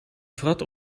wrat